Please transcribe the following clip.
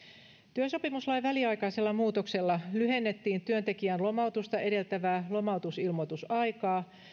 työsopimuslain väliaikaisella muutoksella lyhennettiin työntekijän lomautusta edeltävää lomautusilmoitusaikaa